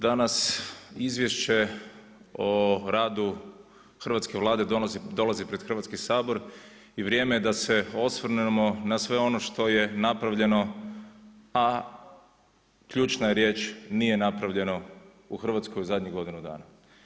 Danas Izvješće o radu hrvatske Vlade dolazi pred Hrvatski sabor i vrijeme je da se osvrnemo na sve ono što je napravljeno a ključna je riječ nije napravljeno u Hrvatskoj u zadnjih godinu dana.